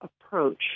approach